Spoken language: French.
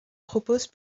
propose